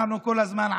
אנחנו כל הזמן,